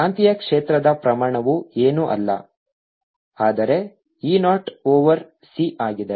ಕಾಂತೀಯ ಕ್ಷೇತ್ರದ ಪ್ರಮಾಣವು ಏನೂ ಅಲ್ಲ ಆದರೆ e 0 ಓವರ್ c ಆಗಿದೆ